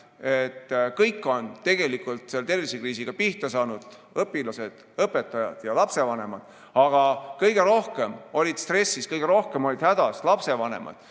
et kõik on tegelikult tervisekriisiga pihta saanud, õpilased, õpetajad ja lapsevanemad, aga kõige rohkem olid stressis, kõige rohkem olid hädas lapsevanemad.